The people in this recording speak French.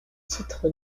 titre